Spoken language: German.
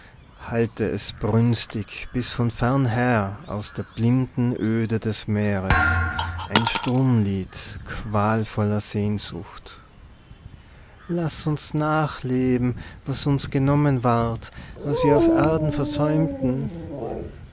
hallte es brünstig bis von fernher aus der blinden öde des meeres ein sturmlied qualvoller sehnsucht laß uns nachleben was uns genommen ward was wir auf erden versäumten